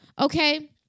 Okay